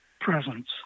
presence